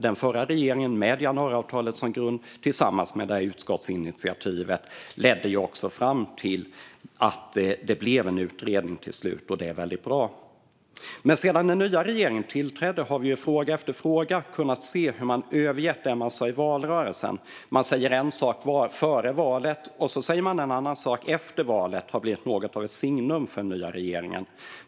Den förra regeringen, januariavtalet och utskottsinitiativet ledde ju också fram till att det blev en utredning till slut, och det är väldigt bra. Men sedan den nya regeringen tillträdde har vi i fråga efter fråga kunnat se hur man övergett det man sa i valrörelsen. Att säga en sak före valet och en annan sak efter valet har blivit något av ett signum för den nya regeringen.